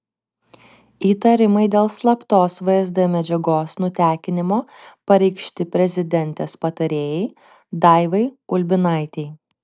įtarimai dėl slaptos vsd medžiagos nutekinimo pareikšti prezidentės patarėjai daivai ulbinaitei